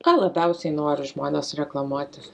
ką labiausiai nori žmonės reklamuotis